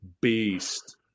Beast